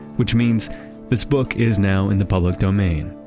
which means this book is now in the public domain.